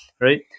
right